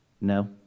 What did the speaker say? No